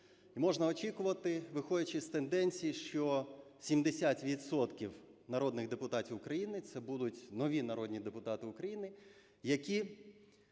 можна очікувати, виходячи з тенденцій, що 70 відсотків народних депутатів України – це будуть нові народні депутати України, які,